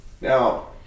Now